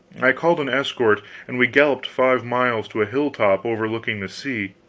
i called an escort and we galloped five miles to a hilltop overlooking the sea.